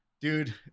Dude